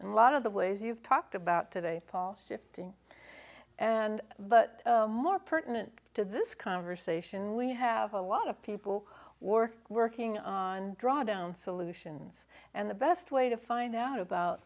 and lot of the ways you've talked about today paul shifting and but more pertinent to this conversation we have a lot of people work working on drawdown solutions and the best way to find out about